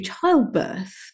childbirth